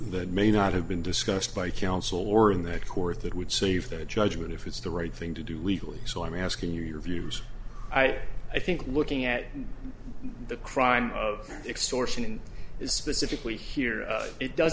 that may not have been discussed by counsel or in that court that would save their judgment if it's the right thing to do legally so i'm asking you your views i think looking at the crime of extortion is specifically here it does